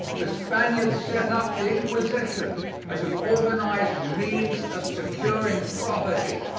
the spaniards set up the inquisition as an organized means of securing property.